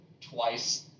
twice